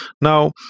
Now